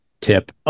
tip